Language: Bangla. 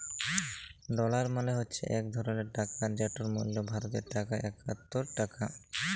ডলার মালে হছে ইক ধরলের টাকা যেটর মূল্য ভারতীয় টাকায় একাত্তর টাকা